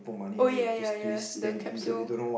oh ya ya ya the capsule